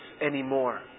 anymore